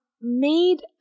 made